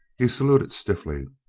he saluted stiffly.